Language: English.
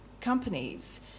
companies